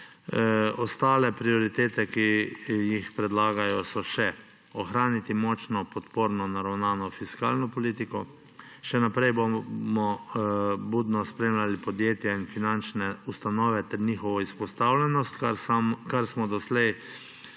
Ostale prioritete, ki jih predlagajo, so še ohraniti močno podporno naravnano fiskalno politiko, še naprej bomo budno spremljali podjetja in finančne ustanove ter njihovo izpostavljenost, kar smo doslej